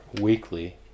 weekly